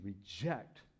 reject